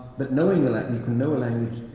but knowing that and you can know a language